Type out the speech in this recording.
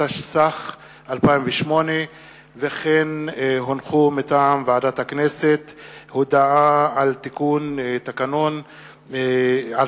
התשס"ח 2008. הודעה מטעם ועדת הכנסת על תיקון תקנון הכנסת,